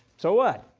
so what?